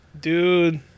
dude